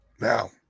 now